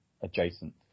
adjacent